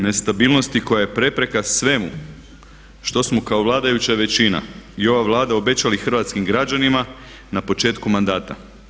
Nestabilnosti koja je prepreka svemu što smo kao vladajuća većina i ova Vlada obećali hrvatskim građanima na početku mandata.